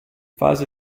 fase